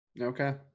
Okay